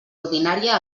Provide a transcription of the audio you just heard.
ordinària